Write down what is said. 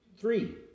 Three